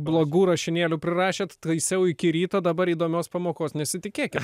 blogų rašinėlių prirašėt taisiau iki ryto dabar įdomios pamokos nesitikėkit